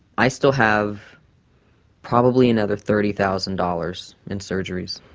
i still have probably another thirty thousand dollars in surgeries.